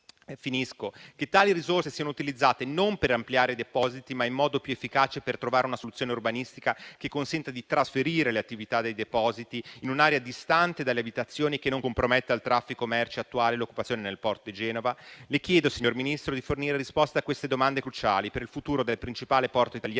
che tali risorse siano utilizzate, non per ampliare depositi, ma in modo più efficace per trovare una soluzione urbanistica che consenta di trasferire le attività dei depositi in un'area distante dalle abitazioni e che non comprometta il traffico merci attuale e l'occupazione nel porto di Genova? Le chiedo, signor Ministro, di fornire risposte a queste domande cruciali per il futuro del principale porto italiano,